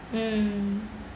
mm